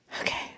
Okay